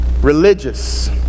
religious